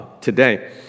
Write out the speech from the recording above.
today